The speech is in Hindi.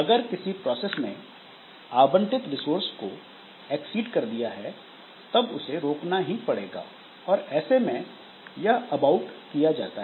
अगर किसी प्रोसेस ने आवंटित रिसोर्स को एक्सीड कर दिया है तब उसे रोकना ही पड़ेगा और ऐसे में यह अबाउट किया जाता है